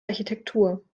architektur